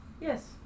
Yes